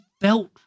felt